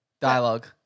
Dialogue